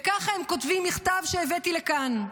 וככה הם כותבים במכתב שהבאתי לכאן: